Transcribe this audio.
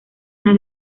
una